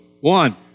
One